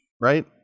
right